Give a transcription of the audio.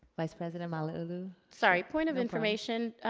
vice-president malauulu? sorry, point of information,